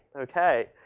okay.